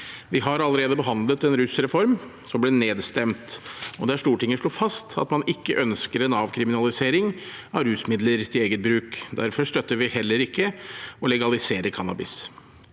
Vi har allerede behandlet en rusreform, som ble nedstemt, og der Stortinget slo fast at man ikke ønsker en avkriminalisering av rusmidler til eget bruk. Derfor støtter vi heller ikke å legalisere cannabis.